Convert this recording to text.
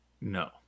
No